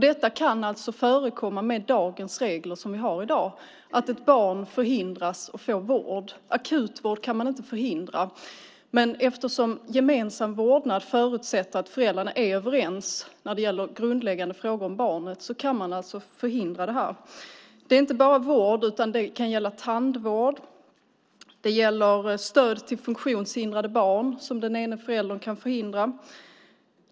Det kan alltså förekomma med dagens regler att ett barn förhindras att få vård. Akutvård kan man inte förhindra, men eftersom gemensam vårdnad förutsätter att föräldrarna är överens när det gäller grundläggande frågor om barnet kan detta förhindras. Det är inte bara vård, utan det kan också gälla tandvård. Det gäller stöd till funktionshindrade barn som den ene föräldern kan förhindra.